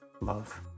love